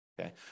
okay